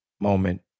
moment